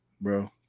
bro